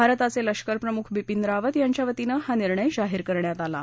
भारताचे लष्कर प्रमुख बिपिन रावत यांच्यावतीने हा निर्णय जाहीर करण्यात आला आहे